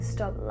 Stop